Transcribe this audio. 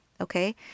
okay